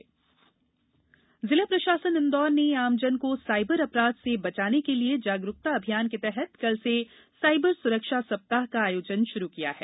cyber अपराध जिला प्रशासन इंदौर ने आमजन को साइबर अपराध से बचाने के लिए जागरुकता अभियान के तहत कल से सायबर सुरक्षा सप्ताह का आयोजन शुरू किया गया है